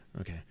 Okay